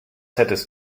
hättest